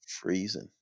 Freezing